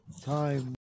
time